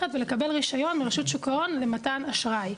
ולקבל רישיון מרשות שוק ההון ומתן אשראי.